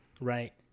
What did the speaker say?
right